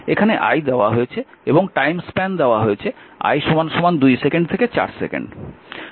এখানে i দেওয়া হয়েছে এবং টাইম স্প্যান দেওয়া হয়েছে t 2 সেকেন্ড থেকে 4 সেকেন্ড